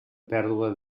pèrdua